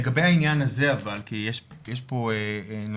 לגבי העניין הזה אבל, כי יש פה נושא.